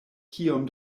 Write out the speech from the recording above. kiom